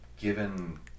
given